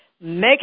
make